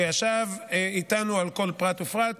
שישב איתנו על כל פרט ופרט